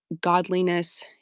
godliness